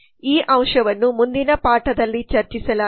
ಈ ಅಂಶವನ್ನು ಮುಂದಿನ ಪಾಠದಲ್ಲಿ ಚರ್ಚಿಸಲಾಗಿದೆ